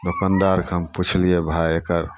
दोकनदारके पुछलिए भाइ एकर